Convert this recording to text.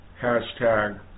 hashtag